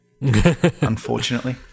Unfortunately